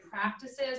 practices